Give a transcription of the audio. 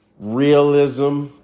realism